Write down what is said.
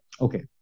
okay